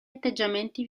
atteggiamenti